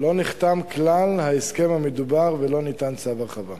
לא נחתם כלל ההסכם המדובר ולא ניתן צו ההרחבה.